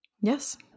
Yes